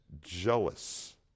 jealous